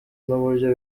n’uburyo